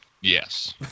Yes